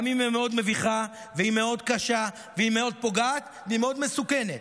גם אם היא מאוד מביכה והיא מאוד קשה והיא מאוד פוגעת והיא מאוד מסוכנת.